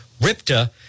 Ripta